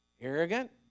arrogant